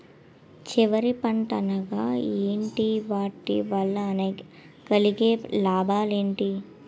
చివరి పంట అనగా ఏంటి వాటి వల్ల కలిగే లాభాలు ఏంటి